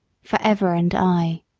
forever and aye.